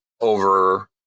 over